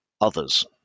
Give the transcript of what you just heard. others